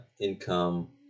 income